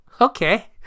okay